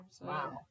Wow